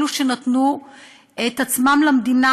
אלו שנתנו את עצמם למדינה,